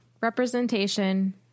representation